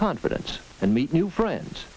confidence and meet new friends